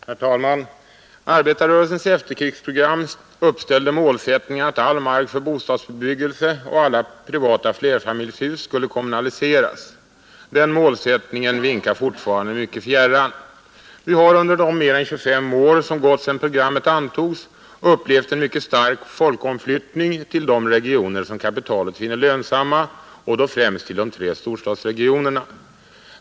Herr talman! Arbetarrörelsens efterkrigsprogram uppställde målsättningen att all mark för bostadsbebyggelse och alla privata flerfamiljshus skulle kommunaliseras. Den målsättningen vinkar fortfarande mycket fjärran. Vi har under de mer än 25 år som gått sedan programmet antogs upplevt en mycket stark folkomflyttning till de regioner som kapitalet finner lönsammast och då främst till de tre storstadsregionerna.